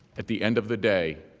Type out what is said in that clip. at the end of the day,